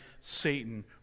Satan